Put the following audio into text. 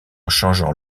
changeant